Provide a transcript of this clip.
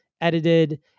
edited